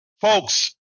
Folks